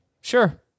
sure